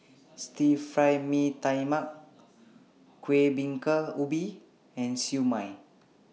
Stir Fry Mee Tai Mak Kuih Bingka Ubi and Siew Mai